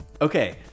okay